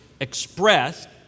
expressed